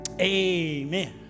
Amen